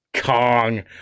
Kong